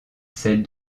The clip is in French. celle